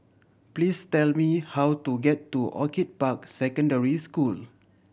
please tell me how to get to Orchid Park Secondary School